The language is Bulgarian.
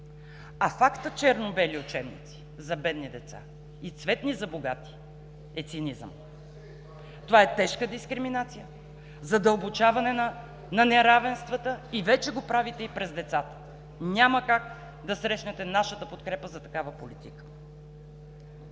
А фактът черно-бели учебници за бедни деца и цветни за богати е цинизъм. (Шум и реплики.) Това е тежка дискриминация, задълбочаване на неравенствата, а вече го правите и през децата. Няма как да срещнете нашата подкрепа за такава политика.